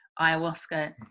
ayahuasca